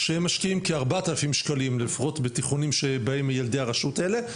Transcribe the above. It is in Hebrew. שהם משקיעים כ- 4,000 ש"ח לפחות בתיכונים שבהם ילדי הרשות האלה,